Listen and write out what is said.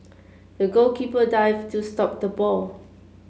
the goalkeeper dived to stop the ball